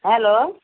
hello